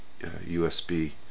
USB